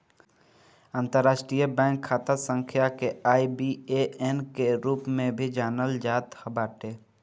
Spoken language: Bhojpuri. अंतरराष्ट्रीय बैंक खाता संख्या के आई.बी.ए.एन के रूप में भी जानल जात बाटे